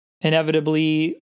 inevitably